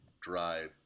dried